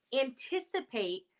anticipate